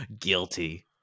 Guilty